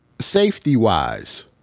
safety-wise